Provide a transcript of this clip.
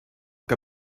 que